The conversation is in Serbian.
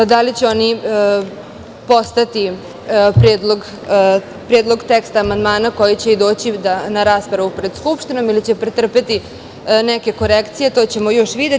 Da li će oni postati predlog teksta amandmana koji će i doći na raspravu pred Skupštinom ili će pretrpeti neke korekcije, to ćemo još videti.